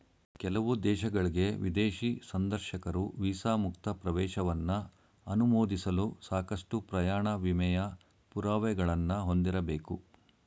ಕೆಲವು ದೇಶಗಳ್ಗೆ ವಿದೇಶಿ ಸಂದರ್ಶಕರು ವೀಸಾ ಮುಕ್ತ ಪ್ರವೇಶವನ್ನ ಅನುಮೋದಿಸಲು ಸಾಕಷ್ಟು ಪ್ರಯಾಣ ವಿಮೆಯ ಪುರಾವೆಗಳನ್ನ ಹೊಂದಿರಬೇಕು